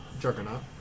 Juggernaut